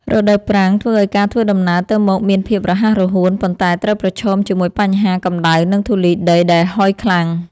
រដូវប្រាំងធ្វើឱ្យការធ្វើដំណើរទៅមកមានភាពរហ័សរហួនប៉ុន្តែត្រូវប្រឈមជាមួយបញ្ហាកម្តៅនិងធូលីដីដែលហុយខ្លាំង។